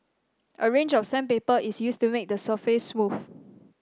a range of sandpaper is used to make the surface smooth